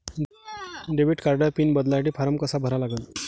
Debit कार्डचा pin बदलासाठी form कसा भरा लागन?